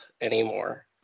anymore